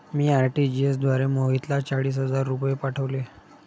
मी RTGS द्वारे मोहितला चाळीस हजार रुपये पाठवले